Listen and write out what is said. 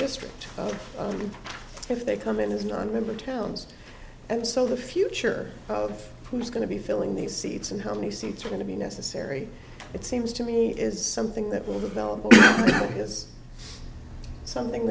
district if they come in as nonmember towns and so the future of who's going to be filling these seats and how many seats are going to be necessary it seems to me is something that will develop is something